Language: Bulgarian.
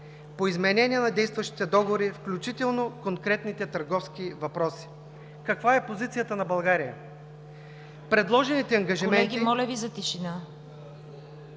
по изменение на действащите договори, включително конкретните търговски въпроси. Каква е позицията на България? Предложените ангажименти пряко засягат